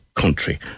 country